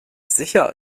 sicher